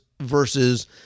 versus